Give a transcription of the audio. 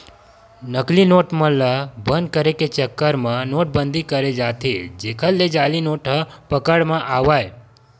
नकली नोट मन ल बंद करे के चक्कर म नोट बंदी करें जाथे जेखर ले जाली नोट ह पकड़ म आवय